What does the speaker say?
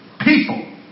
people